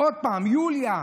ושוב: יוליה.